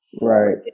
Right